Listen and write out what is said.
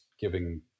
giving